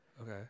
Okay